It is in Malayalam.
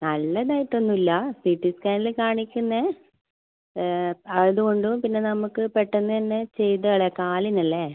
നല്ലതായിട്ടൊന്നും ഇല്ല സീ ടി സ്കാനില് കാണിക്കുന്ന ആയത്കൊണ്ടും പിന്നെ നമുക്ക് പെട്ടെന്ന് തന്നെ ചെയ്ത് കളയാം കാലിനല്ലേ